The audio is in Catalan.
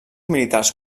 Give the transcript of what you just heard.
militars